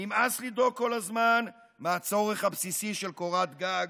נמאס לדאוג כל הזמן מהצורך הבסיסי של קורת גג,